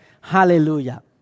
Hallelujah